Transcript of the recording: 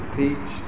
teach